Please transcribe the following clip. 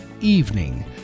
evening